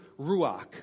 ruach